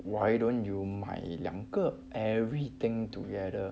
why don't you 买两个 everything together